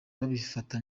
babifata